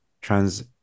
trans